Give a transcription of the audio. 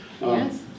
Yes